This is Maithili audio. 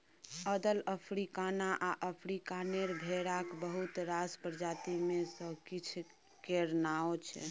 अदल, अफ्रीकाना आ अफ्रीकानेर भेराक बहुत रास प्रजाति मे सँ किछ केर नाओ छै